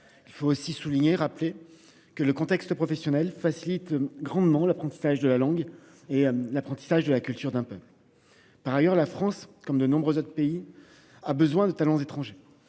Il faut aussi souligner et rappeler que le contexte professionnel facilite grandement l'apprentissage de la langue et l'apprentissage de la culture d'un peuple. Par ailleurs, la France comme de nombreux autres pays a besoin de talents étrangers.